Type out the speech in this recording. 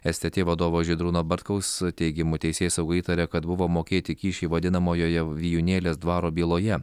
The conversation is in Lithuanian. stt vadovo žydrūno bartkaus teigimu teisėsauga įtaria kad buvo mokėti kyšiai vadinamojoje vijūnėlės dvaro byloje